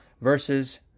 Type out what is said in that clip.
versus